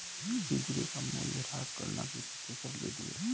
सीधी रेखा मूल्यह्रास गणना की सबसे सरल विधि है